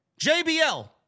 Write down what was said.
JBL